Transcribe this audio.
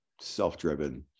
self-driven